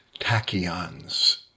tachyons